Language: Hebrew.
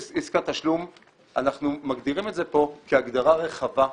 אנחנו מגדירים את זה פה כהגדרה רחבה.